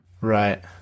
right